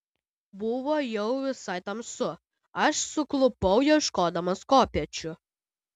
buvo jau visai tamsu aš suklupau ieškodamas kopėčių